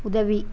உதவி